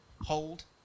hold